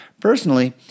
Personally